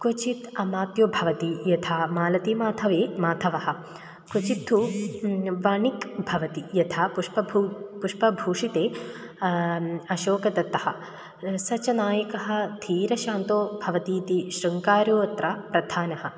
क्वचित् अमात्यो भवति यथा मालतिमाधवे माधवः क्वचित्तु वणिक् भवति यथा पुष्पभू पुष्पभूषितः अशोकदत्तः सः च नायकः धीरशान्तो भवति इति शृङ्गारो अत्र प्रधानः